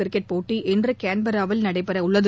cricket போட்டி இன்று கான்பெராவில் நடைபெற உள்ளது